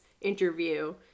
interview